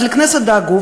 לכנסת דאגו,